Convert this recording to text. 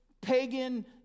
pagan